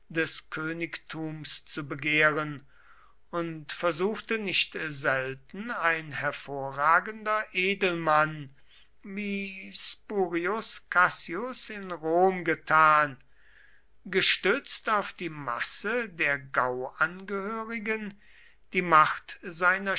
des königtums zu begehren und versuchte nicht selten ein hervorragender edelmann wie spurius cassius in rom getan gestützt auf die masse der gauangehörigen die macht seiner